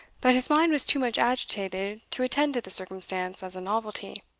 but his mind was too much agitated to attend to the circumstance as a novelty.